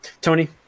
Tony